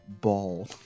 Ball